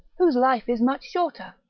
whose life is much shorter?